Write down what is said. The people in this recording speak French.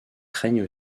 craignent